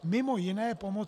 Mimo jiné pomocí